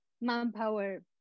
manpower